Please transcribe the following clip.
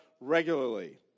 regularly